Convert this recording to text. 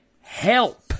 help